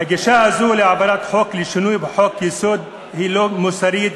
הגישה הזו להעברת חוק לשינוי חוק-יסוד היא לא מוסרית.